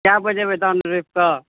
कए बजे एबै धान रोपिकऽ